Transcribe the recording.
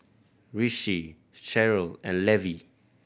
Rishi Cheryll and Levi